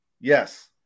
Yes